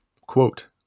quote